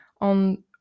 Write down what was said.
on